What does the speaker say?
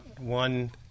one